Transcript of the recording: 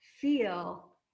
feel